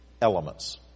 Elements